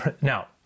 Now